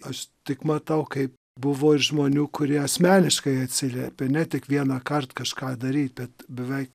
aš tik matau kai buvo ir žmonių kurie asmeniškai atsiliepė ne tik vienąkart kažką daryt bet bevei